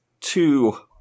two